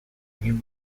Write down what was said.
new